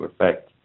effect